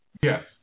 yes